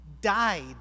died